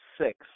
six